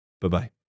bye-bye